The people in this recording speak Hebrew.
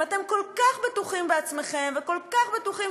אם אתם כל כך בטוחים בעצמכם וכל כך בטוחים